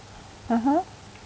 (uh huh)